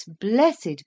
blessed